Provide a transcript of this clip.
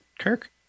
Kirk